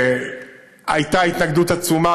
והייתה התנגדות עצומה,